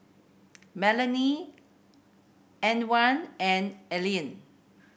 Melany Antwain and Allean